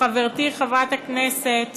לחברתי חברת הכנסת